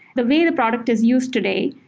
the way the product is used today,